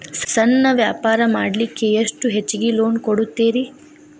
ಸಣ್ಣ ವ್ಯಾಪಾರ ಮಾಡ್ಲಿಕ್ಕೆ ಎಷ್ಟು ಹೆಚ್ಚಿಗಿ ಲೋನ್ ಕೊಡುತ್ತೇರಿ?